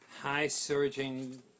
high-surging